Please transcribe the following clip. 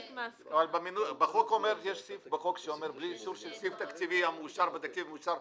יש סעיף בחוק שאומר בלי אישור של סעיף תקציבי בתקציב מאושר,